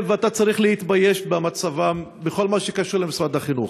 ואתה צריך להתבייש במצבם בכל מה שקשור למשרד החינוך.